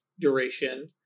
duration